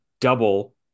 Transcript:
double